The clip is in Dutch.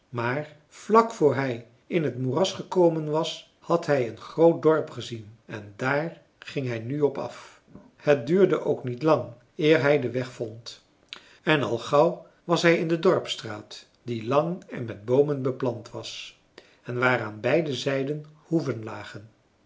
maar vlak voor hij in het moeras gekomen was had hij een groot dorp gezien en daar ging hij nu op af het duurde ook niet lang eer hij den weg vond en al gauw was hij in de dorpsstraat die lang en met boomen beplant was en waar aan beide zijden hoeven lagen